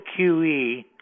QE